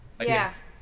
Yes